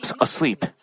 asleep